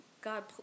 God